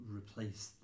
replace